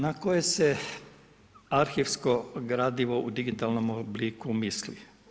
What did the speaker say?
Na koje se arhivsko gradivo u digitalnom obliku misli?